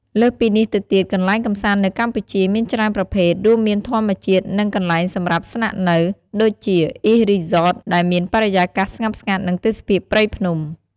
លើសពីនេះទៅទៀតកន្លែងកំសាន្តនៅកម្ពុជា មានច្រើនប្រភេទ រួមមានធម្មជាតិ និងកន្លែងសម្រាប់ស្នាក់នៅ ដូចជា អ៊ីស្ត រីសត ដែលមានបរិយាកាសស្ងប់ស្ងាត់ និងទេសភាពព្រៃភ្នំ។